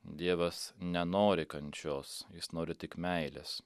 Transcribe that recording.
dievas nenori kančios jis nori tik meilės